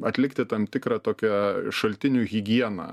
atlikti tam tikrą tokią šaltinių higieną